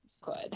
Good